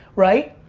right?